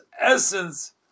essence